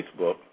Facebook